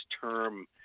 term